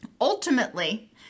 Ultimately